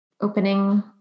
opening